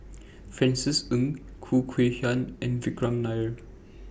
Francis Ng Khoo Kay Hian and Vikram Nair